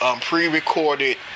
pre-recorded